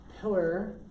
pillar